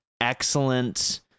excellent